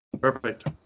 Perfect